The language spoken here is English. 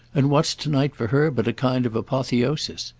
and what's to-night for her but a kind of apotheosis?